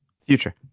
Future